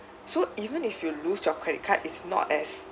so even if you lose your credit card it's not as